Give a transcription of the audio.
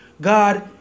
God